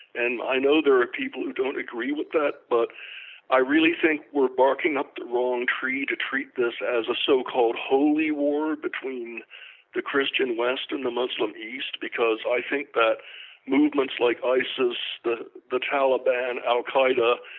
and i know there are people who don't agree with that but i really think we're barking up the wrong tree to treat this as a so-called holy war between the christian west and the muslim east because i think that movements like isis, the the taliban, al qaeda,